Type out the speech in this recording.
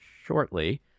shortly